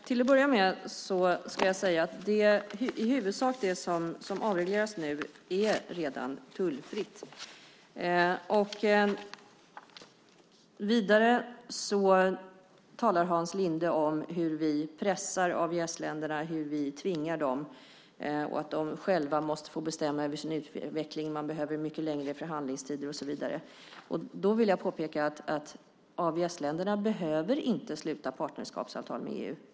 Herr talman! I huvudsak är det som nu avregleras redan tullfritt. Vidare talar Hans Linde om hur vi pressar AVS-länderna, hur vi tvingar dem och att de själva måste få bestämma över sin utveckling, man behöver mycket längre förhandlingstider och så vidare. Då vill jag påpeka att AVS-länderna inte behöver sluta partnerskapsavtal med EU.